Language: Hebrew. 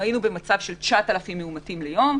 היינו במצב של 9,000 מאומתים ליום.